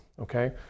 okay